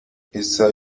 esa